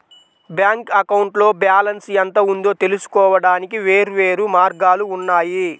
bank అకౌంట్లో balance ఎంత ఉందో తెలుసుకోవడానికి వేర్వేరు మార్గాలు ఉన్నాయి